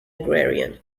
agrarian